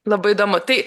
labai įdomu tai